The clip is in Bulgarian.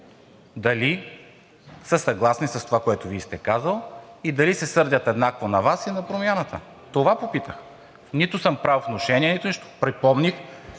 дали са съгласни с това, което Вие сте казали и дали се сърдят еднакво на Вас и на Промяната? Това попитах. Нито съм правил внушения, нито нищо. Припомних